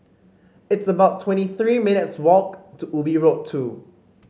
it's about twenty three minutes' walk to Ubi Road Two